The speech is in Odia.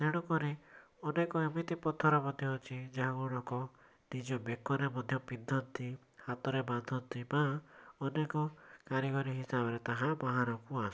ତେଣୁକରି ଅନେକ ଏମିତି ପଥର ମଧ୍ୟ ଅଛି ଯାହାଗୁଡ଼ାକ ନିଜ ବେକରେ ମଧ୍ୟ ପିନ୍ଧନ୍ତି ହାଥରେ ବାନ୍ଧନ୍ତି ବା ଅନେକ କାରିଗରୀ ହିସାବରେ ତାହା ବାହାରକୁ ଆସେ